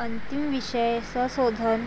अंतिम विषय संशोधन